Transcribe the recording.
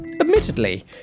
Admittedly